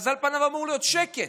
על פניו אמור להיות שקט,